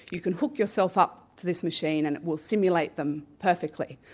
you can hook yourself up to this machine and it will stimulate them perfectly.